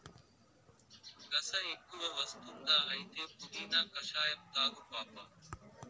గస ఎక్కువ వస్తుందా అయితే పుదీనా కషాయం తాగు పాపా